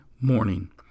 morning